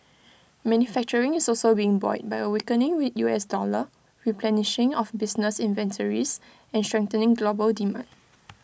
manufacturing is also being buoyed by A weakening we U S dollar replenishing of business inventories and strengthening global demand